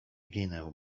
ginę